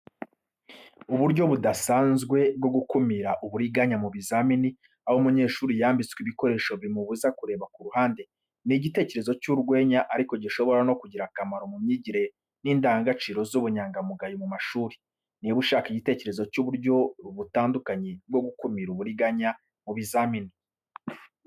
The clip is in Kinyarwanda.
Uburyo budasanzwe bwo gukumira uburiganya mu bizamini, aho umunyeshuri yambitswe ibikoresho bimubuza kureba ku ruhande. Ni igitekerezo cy’urwenya ariko gishobora no kugira akamaro mu myigire n’indangagaciro z’ubunyangamugayo mu mashuri. Niba ushaka igitekerezo cy’uburyo butandukanye bwo gukumira uburiganya mu bizamini.